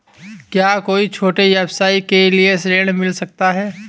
क्या कोई छोटे व्यवसाय के लिए ऋण मिल सकता है?